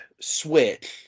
switch